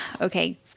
Okay